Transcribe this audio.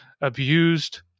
abused